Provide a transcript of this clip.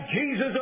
Jesus